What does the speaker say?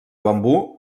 bambú